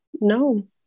No